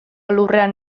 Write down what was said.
lurrean